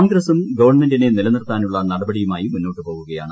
കോൺഗ്രസ്സും ഗവൺമെന്റിനെ നിലനിർത്താനുള്ള നടപടിയുമായി മുന്നോട്ടുപോവുകയാണ്